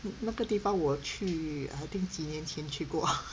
那个地方我去 I think 几年前去过